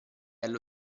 allo